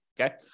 okay